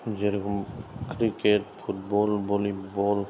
जेरेखम cricket football volleyball